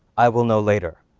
i will know later.